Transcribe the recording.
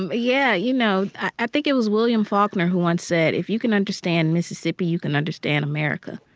um yeah, you know, i think it was william faulkner who once said, if you can understand mississippi, you can understand america.